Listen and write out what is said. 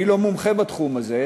אני לא מומחה בתחום הזה,